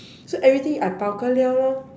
so everything I bao ka liao lor